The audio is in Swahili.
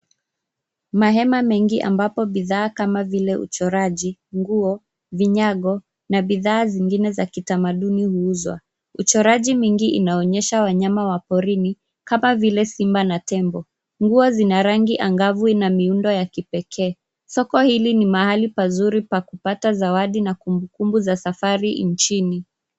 Mahema mengi ambapo bidhaa kama vile uchoraji, nguo, vinyago na bidhaa zingine za kitamaduni huuzwa. Uchoraji mingi unaonyesha wanyama wa porini kama vile simba na tembo. Nguo zina rangi angavu na miundo ya kipekee. Soko hili ni mahali pazuri pa kupata zawadi na kumbukumbu za safari nchini.